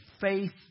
faith